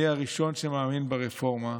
אני הראשון שמאמין ברפורמה.